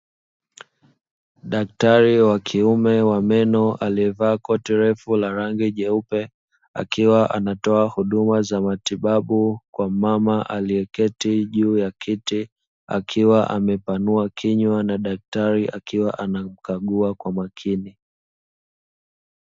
Daktari wa kiume wa meno alievaa koti lefu la rangi nyeupe akiwa anatoa huduma za matibabu kwa mama alieketi juu ya kiti akiwa amepanua kinywa na daktari akiwa anamkagua kwa umakini.